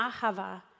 ahava